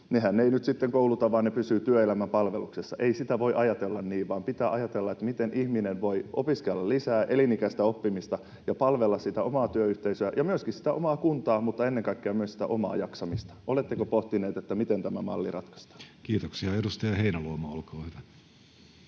sitä, että ihmiset eivät kouluttaudu vaan pysyvät työelämän palveluksessa, kun aikuiskoulutustuki lakkautetaan, vaan pitää ajatella, miten ihminen voi opiskella lisää, elinikäistä oppimista, ja palvella omaa työyhteisöään ja myöskin omaa kuntaansa, mutta ennen kaikkea myös omaa jaksamista. Oletteko pohtineet, miten tämä malli ratkaistaan? Kiitoksia. — Edustaja Heinäluoma, olkaa hyvä.